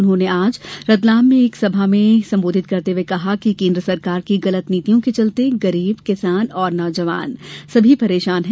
उन्होंने आज रतलाम में एक जनसभा को संबोधित करते हुए कहा कि केन्द्र सरकार की गलत नीतियों के चलते गरीब किसान और नौजवान परेशान हैं